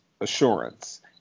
assurance